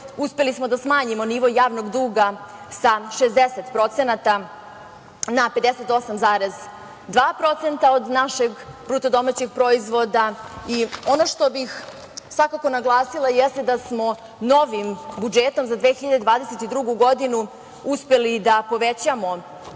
uspeli smo da smanjimo nivo javnog duga sa 60% na 58,2% od našeg BDP-a. Ono što bih naglasila jeste da smo novim budžetom za 2022. godinu uspeli da povećamo